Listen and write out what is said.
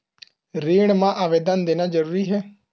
ऋण मा आवेदन देना जरूरी हे?